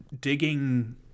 digging